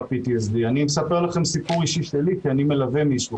PTSD. אני מספר לכם סיפור אישי שלי כי אני מלווה מישהו